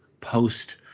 post